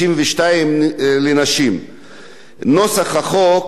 נוסח החוק נכון להיום אינו מיטיב עם עובדים